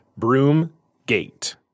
Broomgate